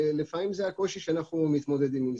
לפעמים זה הקושי אתו אנחנו מתמודדים.